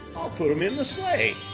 i'll put them in the sleigh.